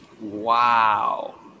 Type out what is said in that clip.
Wow